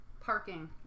parking